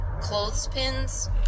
clothespins